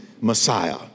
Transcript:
Messiah